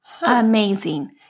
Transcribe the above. Amazing